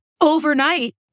Overnight